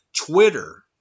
Twitter